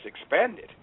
expanded